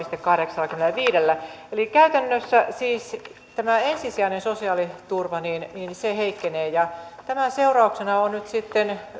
kahdeksallakymmenelläviidellä käytännössä siis tämä ensisijainen sosiaaliturva heikkenee ja tämän seurauksena on nyt sitten